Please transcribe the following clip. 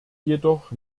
jedoch